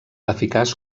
eficaç